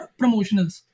promotionals